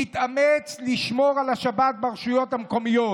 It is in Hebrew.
נתאמץ לשמור על השבת ברשויות המקומיות,